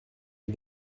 des